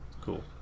Cool